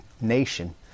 nation